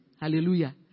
Hallelujah